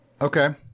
Okay